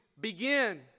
begin